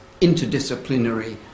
interdisciplinary